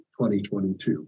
2022